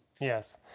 Yes